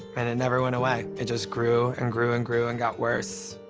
and it never went away. it just grew and grew and grew and got worse.